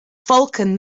falcon